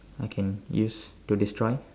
I can use to destroy